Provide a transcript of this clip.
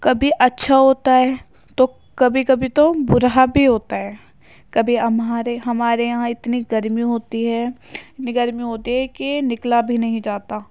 کبھی اچھا ہوتا ہے تو کبھی کبھی تو برا بھی ہوتا ہے کبھی ہمارے ہمارے یہاں اتنی گرمی ہوتی ہے اتنی گرمی ہوتی ہے کہ نکلا بھی نہیں جاتا